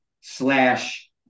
slash